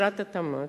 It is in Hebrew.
משרד התמ"ת,